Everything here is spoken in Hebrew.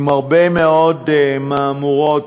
עם הרבה מאוד מהמורות.